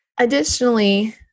Additionally